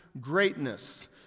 greatness